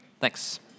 Thanks